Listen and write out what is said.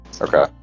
okay